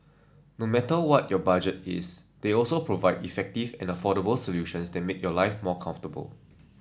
no matter what your budget is they also provide effective and affordable solutions that make your life more comfortable